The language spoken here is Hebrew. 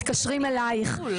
אני אומרת שכשמתקשרים אלייך,